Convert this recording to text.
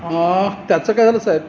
त्याचं काय झालं साहेब